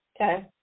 okay